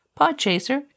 Podchaser